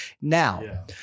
now